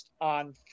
On